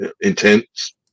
intense